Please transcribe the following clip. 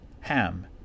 Ham